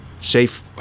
safe